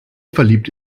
verliebt